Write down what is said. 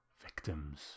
victims